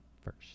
first